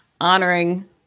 honoring